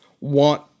want